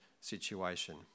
situation